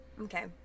Okay